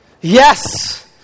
Yes